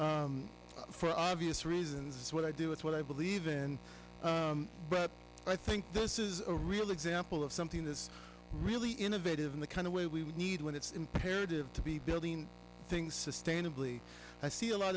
for obvious reasons it's what i do it's what i believe in but i think this is a real example of something that's really innovative in the kind of way we need when it's imperative to be building things sustainably i see a lot